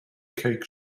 cake